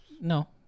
No